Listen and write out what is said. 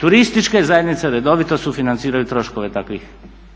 Turističke zajednice redovito sufinanciraju troškove takvih